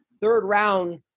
third-round